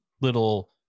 little